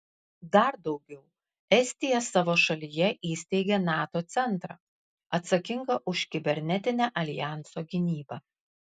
dar daugiau estija savo šalyje įsteigė nato centrą atsakingą už kibernetinę aljanso gynybą